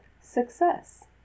success